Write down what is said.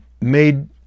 made